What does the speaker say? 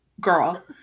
Girl